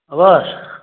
ꯑꯕꯥꯁ